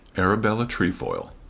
arabella trefoil.